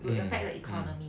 will affect the economy